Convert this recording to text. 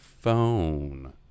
Phone